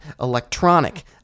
electronic